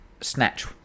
snatch